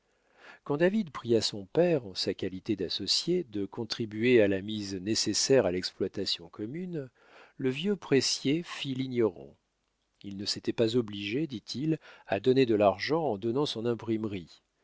david pria son père en sa qualité d'associé de contribuer à la mise nécessaire à l'exploitation commune le vieux pressier fit l'ignorant il ne s'était pas obligé dit-il à donner de l'argent en donnant son imprimerie